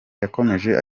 yakomeje